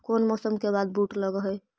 कोन मौसम के बाद बुट लग है?